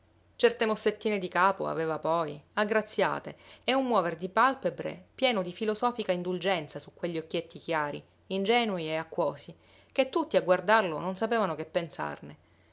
certe mossettine di capo aveva poi aggraziate e un muover di palpebre pieno di filosofica indulgenza su quegli occhietti chiari ingenui e acquosi che tutti a guardarlo non sapevano che pensarne